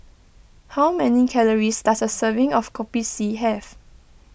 how many calories does a serving of Kopi C have